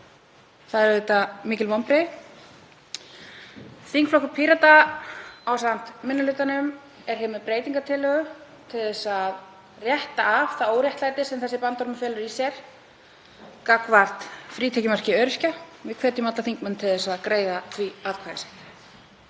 Það eru auðvitað mikil vonbrigði. Þingflokkur Pírata ásamt minni hlutanum er hér með breytingartillögu til að rétta af það óréttlæti sem þessi bandormur felur í sér gagnvart frítekjumarki öryrkja. Við hvetjum alla þingmenn til að greiða henni atkvæði sitt.